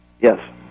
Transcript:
Yes